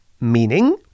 meaning